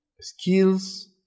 skills